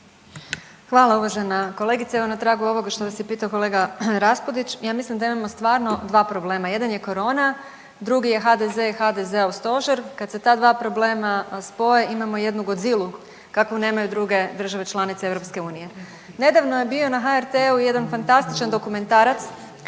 Hvala uvažena kolegice. Evo na tragu ovoga što vas je pitao kolega Raspudić ja mislim da imamo stvarno dva problema, jedan je korona, drugi je HDZ i HDZ-ov stožer kad se ta dva problema spoje imamo jednu Godzilu kakvu nemaju druge države članice EU. Nedavno je bio na HRT-u jedan fantastičan dokumentarac